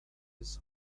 his